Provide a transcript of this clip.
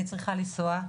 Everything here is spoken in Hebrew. אני צריכה לנסוע,